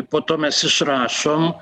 po to mes išrašom